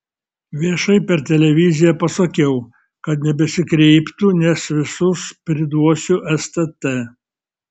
viešai per televiziją pasakiau kad nebesikreiptų nes visus priduosiu stt